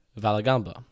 Valagamba